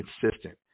consistent